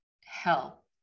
help